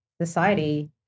society